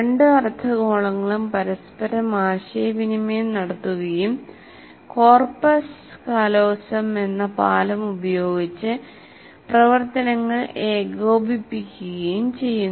രണ്ട് അർദ്ധഗോളങ്ങളും പരസ്പരം ആശയവിനിമയം നടത്തുകയും കോർപ്പസ് കാലോസം എന്ന പാലം ഉപയോഗിച്ച് പ്രവർത്തനങ്ങൾ ഏകോപിപ്പിക്കുകയും ചെയ്യുന്നു